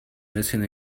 missing